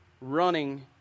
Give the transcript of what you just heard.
running